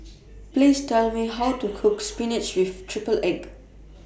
Please Tell Me How to Cook Spinach with Triple Egg